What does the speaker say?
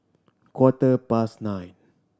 quarter past nine